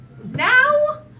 Now